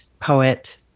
poet